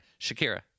Shakira